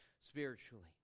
spiritually